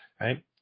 right